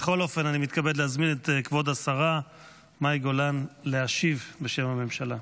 בכל אופן אני מתכבד להזמין את כבוד השרה מאי גולן להשיב בשם הממשלה.